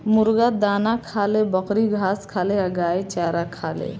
मुर्गी दाना खाले, बकरी घास खाले आ गाय चारा खाले